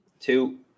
two